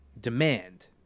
demand